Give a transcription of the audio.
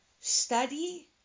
Study